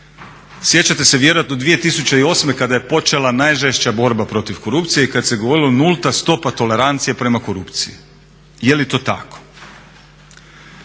Sjećate se vjerojatno 2008.kada je počela najžešća borba protiv korupcije i kada se govorili nulta stopa tolerancije prema korupciji. Jeli to tako?